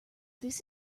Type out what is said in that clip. this